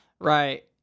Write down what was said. Right